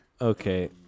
Okay